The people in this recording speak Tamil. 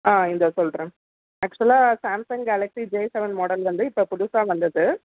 ஆ இதோ சொல்கிறேன் ஆக்சுவலாக Samsung Galaxy J seven model வந்து இப்போ புதுசாக வந்தது